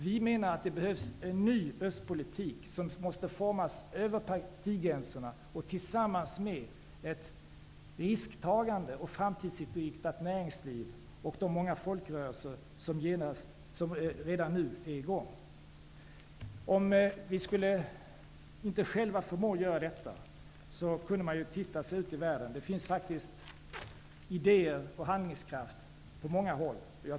Vi menar att det behövs en ny östpolitik som måste formas över partigränserna och tillsammans med ett risktagande och framtidsinriktat näringsliv och de många folkrörelser som redan nu är i gång. Om vi inte själva skulle förmå göra detta kan vi se oss om ute i världen. Det finns faktiskt idéer och handlingskraft på många håll.